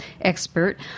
expert